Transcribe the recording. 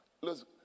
Listen